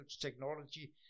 technology